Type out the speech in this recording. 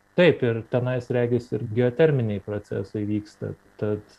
taip ir tenais regis ir geoterminiai procesai vyksta tad